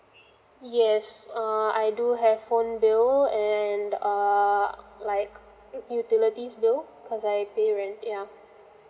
yes err I do have phone bill and err like utilities bill because I pay rent yeah